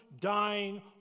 dying